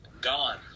Gone